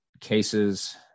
cases